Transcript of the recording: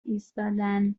ایستادن